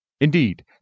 Indeed